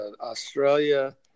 Australia